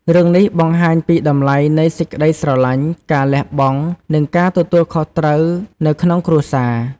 រឿងនេះបង្ហាញពីតម្លៃនៃសេចក្តីស្រឡាញ់ ការលះបង់ និងការទទួលខុសត្រូវនៅក្នុងគ្រួសារ។